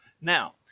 Now